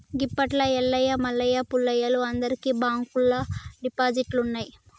గిప్పట్ల ఎల్లయ్య మల్లయ్య పుల్లయ్యలు అందరికి బాంకుల్లల్ల డిపాజిట్లున్నయ్